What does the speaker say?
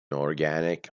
organic